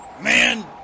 ...man